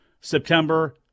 September